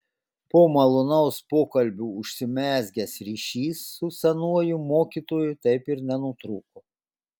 po malonaus pokalbio užsimezgęs ryšys su senuoju mokytoju taip ir nenutrūko